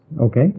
Okay